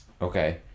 Okay